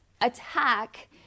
attack